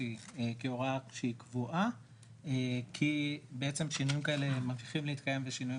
כהוראה שהיא קבועה כי שינויים כאלה מתחילים להתקיים בשינויים